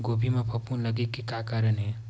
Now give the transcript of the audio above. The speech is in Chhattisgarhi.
गोभी म फफूंद लगे के का कारण हे?